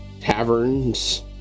taverns